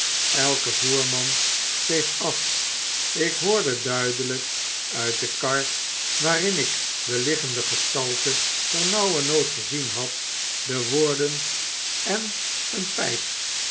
elke voerman steeg af ik hoorde duidelyk uit de kar waarin ik de liggende gestalte ternauwernood gezien had de woorden en een pfipp